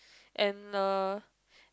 and a